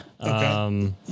Okay